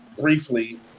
Briefly